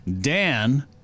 dan